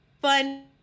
fun